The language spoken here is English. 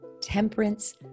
temperance